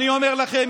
אני אומר לכם,